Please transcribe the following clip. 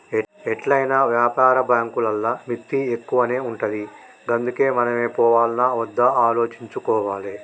ఎట్లైనా వ్యాపార బాంకులల్ల మిత్తి ఎక్కువనే ఉంటది గందుకే మనమే పోవాల్నా ఒద్దా ఆలోచించుకోవాలె